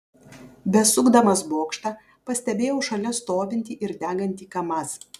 besukdamas bokštą pastebėjau šalia stovintį ir degantį kamaz